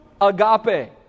agape